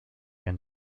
and